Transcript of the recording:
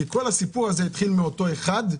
כי כל הסיפור הזה התחיל מאותו אחד,